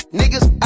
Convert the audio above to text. niggas